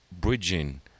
bridging